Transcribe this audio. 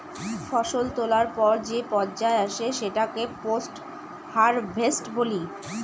ফসল তোলার পর যে পর্যায় আসে সেটাকে পোস্ট হারভেস্ট বলি